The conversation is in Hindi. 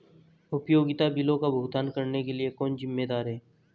उपयोगिता बिलों का भुगतान करने के लिए कौन जिम्मेदार है?